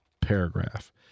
paragraph